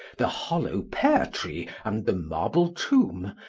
the hollow pear-tree and the marble tomb,